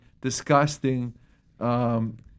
disgusting